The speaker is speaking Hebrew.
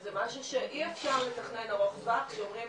שזה משהו שאי אפשר לתכנן ארוך טווח כשאומרים